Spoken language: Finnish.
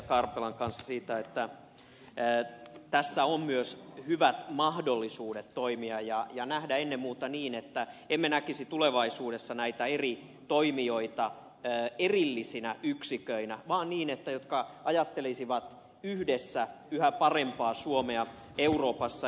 karpelan kanssa siitä että tässä on myös hyvät mahdollisuudet toimia ja nähdä ennen muuta niin että emme näkisi tulevaisuudessa näitä eri toimijoita erillisinä yksiköinä vaan niin että ne ajattelisivat yhdessä yhä parempaa suomea euroopassa